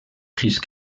crise